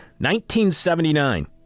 1979